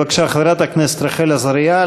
בבקשה, חברת הכנסת רחל עזריה.